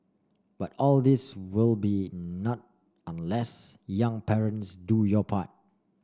but all this will be nought unless young parents do your part